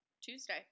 Tuesday